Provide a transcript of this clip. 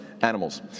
animals